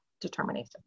determination